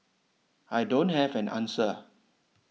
I don't have an answer